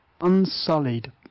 unsullied